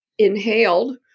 inhaled